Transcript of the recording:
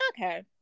Okay